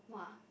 !wah!